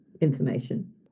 information